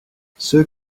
ceux